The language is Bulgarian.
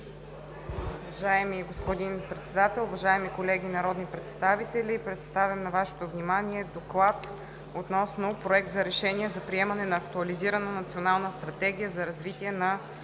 Уважаеми господин Председател, уважаеми колеги народни представители! Представям на Вашето внимание „ДОКЛАД относно Проект на решение за приемане на актуализирана Национална стратегия за развитие на